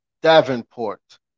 Davenport